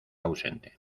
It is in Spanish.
ausente